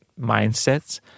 mindsets